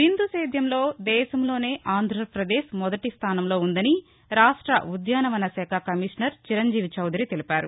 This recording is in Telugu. బిందు సేద్యంలో దేశంలోనే ఆంధ్రపదేశ్ మొదటి స్థానంలో ఉందని రాష్ట్ర ఉద్యాన వన శాఖ కమిషనర్ చిరంజీవి చౌదరి తెలిపారు